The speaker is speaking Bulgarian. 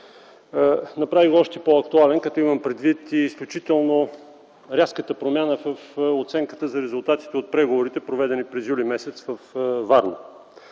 направи го още по-актуален. Имам предвид и изключително рязката промяна в оценката за резултатите от преговорите, проведени през м. юли във Варна.